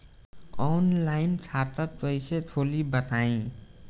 Online खाता कइसे खोली बताई?